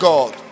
God